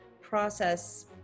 process